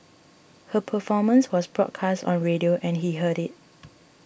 her performance was broadcast on radio and he heard it